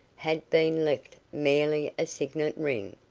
had been left merely a signet ring.